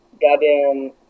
Goddamn